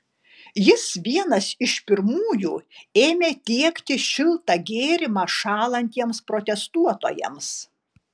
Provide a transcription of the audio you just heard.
jis vienas iš pirmųjų ėmė tiekti šiltą gėrimą šąlantiems protestuotojams